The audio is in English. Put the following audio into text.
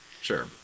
Sure